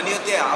אני יודע.